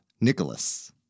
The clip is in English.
Nicholas